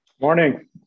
Morning